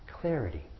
clarity